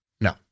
no